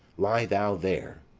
lie thou there.